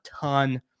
ton